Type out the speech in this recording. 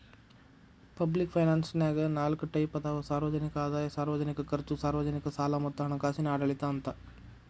public ಫೈನಾನ್ಸನ್ಯಾಗ ನಾಲ್ಕ್ type ಅದಾವ ಸಾರ್ವಜನಿಕ ಆದಾಯ ಸಾರ್ವಜನಿಕ ಖರ್ಚು ಸಾರ್ವಜನಿಕ ಸಾಲ ಮತ್ತ ಹಣಕಾಸಿನ ಆಡಳಿತ ಅಂತ